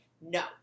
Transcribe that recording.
no